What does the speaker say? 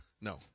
No